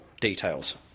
details